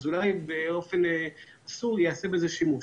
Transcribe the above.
אז אולי באופן אסור ייעשה בזה שימוש